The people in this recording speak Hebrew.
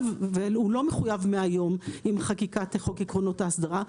והוא לא מחויב מהיום עם חקיקת חוק עקרונות ההסדרה,